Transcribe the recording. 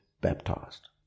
baptized